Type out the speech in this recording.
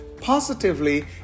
positively